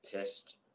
pissed